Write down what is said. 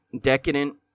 decadent